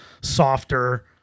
softer